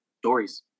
stories